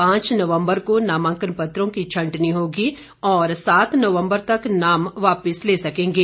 पांच नवम्बर को नामांकन पत्रों की छंटनी होगी और सात नवम्बर तक नाम वापिस ले सकेंगे